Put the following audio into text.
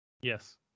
Yes